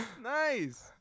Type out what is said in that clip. Nice